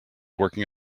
working